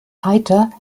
eiter